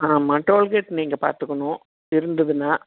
ஆமாம் டோல்கேட் நீங்கள் பார்த்துக்கணும் இருந்துதுனால்